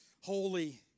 holy